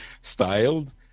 styled